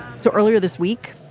so earlier this week,